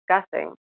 discussing